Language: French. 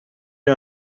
est